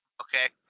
okay